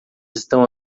estão